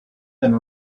than